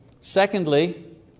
Secondly